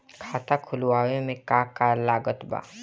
खाता खुलावे मे का का लागत बा?